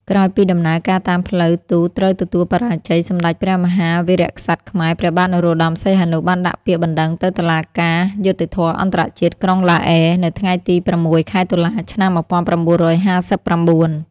ក្រោយពីដំណើរការតាមផ្លូវទូតត្រូវទទួលបរាជ័យ សម្តេចព្រះមហាវីរក្សត្រខ្មែរ ព្រះបាទ នរោត្តម សីហនុ បានដាក់ពាក្យបណ្តឹងទៅតុលាការយុត្តិធម៌អន្តរជាតិ ក្រុងឡាអេ នៅថ្ងៃទី៦ ខែតុលា ឆ្នាំ១៩៥៩ ។